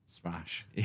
Smash